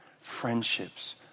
friendships